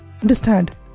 Understand